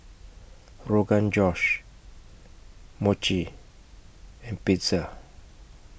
Rogan Josh Mochi and Pizza